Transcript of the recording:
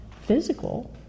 physical